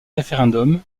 référendum